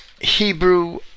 Hebrew